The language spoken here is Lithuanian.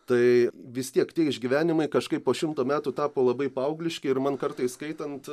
tai vis tiek tie išgyvenimai kažkaip po šimto metų tapo labai paaugliški ir man kartais skaitant